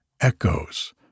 echoes